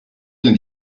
bien